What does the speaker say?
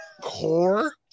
Core